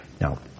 Now